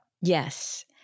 Yes